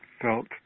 felt